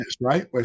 right